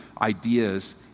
ideas